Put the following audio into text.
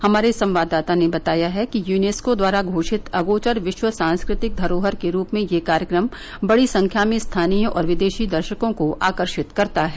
हमारे संवाददाता ने बताया है कि यूनेस्को द्वारा घोषित अगोचर विश्व सांस्कृतिक धरोहर के रूप में यह कार्यक्रम बड़ी संख्या में स्थानीय और विदेशी दर्शकों को आकर्षित करता है